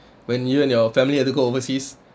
when you and your family had to go overseas